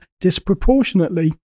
disproportionately